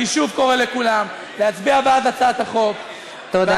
אני שוב קורא לכולם להצביע בעד הצעת החוק, תודה.